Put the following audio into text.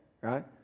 right